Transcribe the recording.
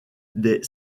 des